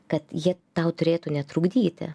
kad jie tau turėtų netrukdyti